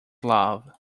love